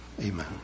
Amen